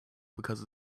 because